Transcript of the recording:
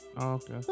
Okay